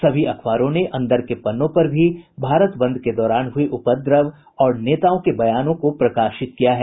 सभी अखबारों ने अंदर के पन्नो पर भी भारत बंद के दौरान हुए उपद्रव और नेताओं के बयानों को प्रकाशित किया है